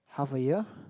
half a year